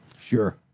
Sure